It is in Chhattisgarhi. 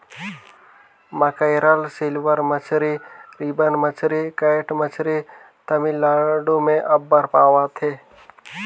मकैरल, सिल्वर मछरी, रिबन मछरी, कैट मछरी तमिलनाडु में अब्बड़ पवाथे